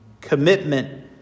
commitment